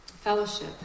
fellowship